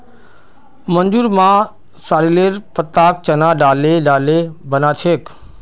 संजूर मां सॉरेलेर पत्ताक चना दाले डाले बना छेक